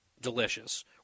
delicious